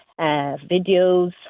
videos